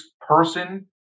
person